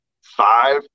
five